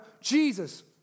Jesus